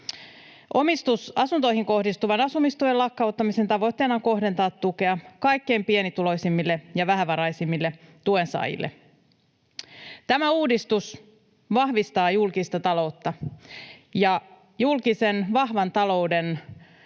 Omistusasuntoihin kohdistuvan asumistuen lakkauttamisen tavoitteena on kohdentaa tukea kaikkein pienituloisimmille ja vähävaraisimmille tuensaajille. Tämä uudistus vahvistaa julkista taloutta, ja vahvan julkisen